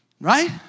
Right